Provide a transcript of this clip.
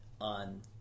on